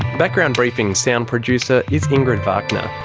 background briefing's sound producer is ingrid wagner.